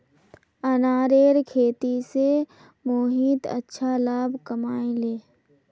अनारेर खेती स मोहित अच्छा लाभ कमइ ले